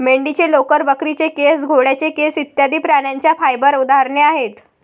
मेंढीचे लोकर, बकरीचे केस, घोड्याचे केस इत्यादि प्राण्यांच्या फाइबर उदाहरणे आहेत